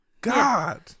God